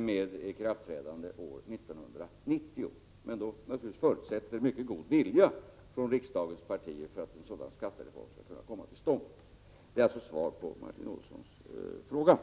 med ikraftträdande år 1990. Det förutsätts naturligtvis mycket god vilja från riksdagens partier för att en sådan skattereform skall komma till stånd. Det är svaret på Martin Olssons fråga.